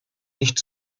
nicht